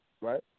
right